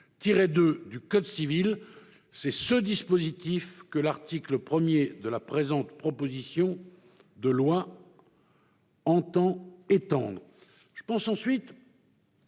du code civil, c'est ce dispositif que l'article 1 de la présente proposition de loi vise à étendre.